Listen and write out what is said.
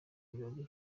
birori